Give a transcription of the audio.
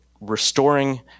restoring